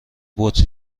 بطری